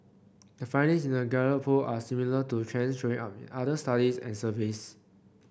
the findings in the Gallup poll are similar to trends showing up in other studies and surveys